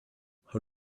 how